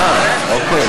אה, אוקיי.